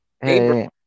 Hey